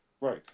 Right